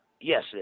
yes